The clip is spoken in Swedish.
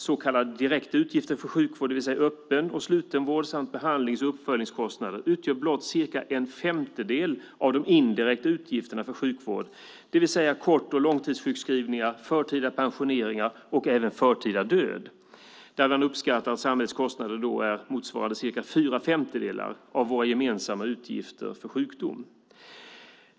Så kallade direkta utgifter för sjukvård, det vill säga öppen och slutenvård samt behandlings och uppföljningskostnader, utgör blott cirka en femtedel av de indirekta utgifterna för sjukvård, det vill säga kort och långtidssjukskrivningar, förtida pensioneringar och även förtida död. Där uppskattar man att samhällets kostnader motsvarar cirka fyra femtedelar av våra gemensamma utgifter för sjukdom.